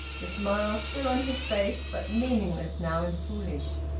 the smile still on his face, but meaningless now, and foolish.